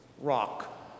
rock